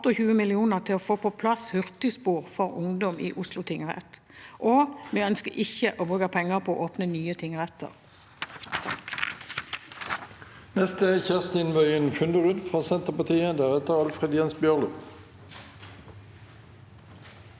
28 mill. kr til å få på plass hurtigspor for ungdom i Oslo tingrett. Og vi ønsker ikke å bruke penger på å åpne nye tingretter.